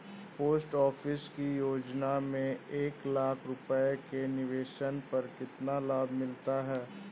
Post office की योजना में एक लाख रूपए के निवेश पर कितना लाभ मिलता है?